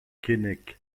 keinec